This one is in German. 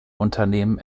unternehmen